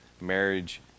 marriage